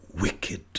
wicked